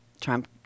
Trump